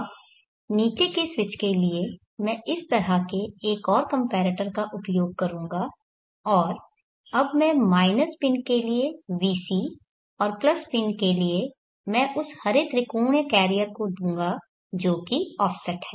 अब नीचे के स्विच के लिए मैं इस तरह के एक और कंपैरेटर का उपयोग करूंगा और अब मैं माइनस पिन के लिए vc और प्लस पिन के लिए मैं उस हरे त्रिकोणीय कैरियर को दूंगा जो कि ऑफसेट है